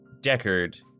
Deckard